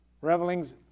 revelings